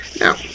Now